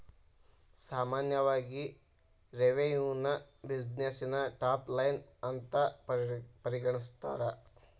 ಸಾಮಾನ್ಯವಾಗಿ ರೆವೆನ್ಯುನ ಬ್ಯುಸಿನೆಸ್ಸಿನ ಟಾಪ್ ಲೈನ್ ಅಂತ ಪರಿಗಣಿಸ್ತಾರ?